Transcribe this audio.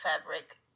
fabric